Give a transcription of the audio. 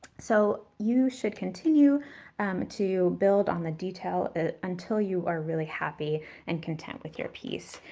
so you should continue to build on the detail until you are really happy and content with your piece.